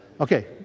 Okay